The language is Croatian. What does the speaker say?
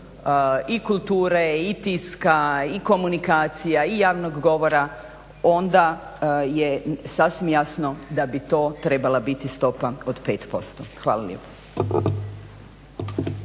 i kulture i tiska i komunikacija i javnog govora onda je sasvim jasno da bi to trebala biti stopa od 5%. Hvala lijepo.